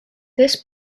this